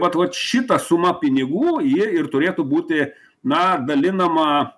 vat vat šitą sumą pinigų jie ir turėtų būti na dalinama